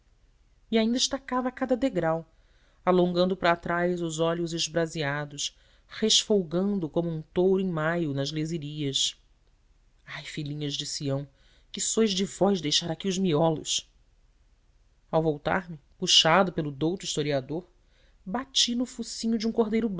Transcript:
e ainda estacava a cada degrau alongando para trás os olhos esbraseados resfolgando como um touro em maio nas lezírias ai filhinhas de sião que sois de vos deixar aqui os miolos ao voltar me puxado pelo douto historiador bati no focinho de um cordeiro